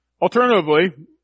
Alternatively